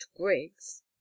Griggs